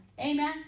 Amen